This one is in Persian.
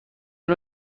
نوع